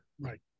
Right